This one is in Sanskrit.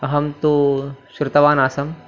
अहं तु शृतवान् आसम्